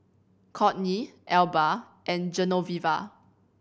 Kourtney Elba and Genoveva